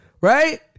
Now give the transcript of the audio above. Right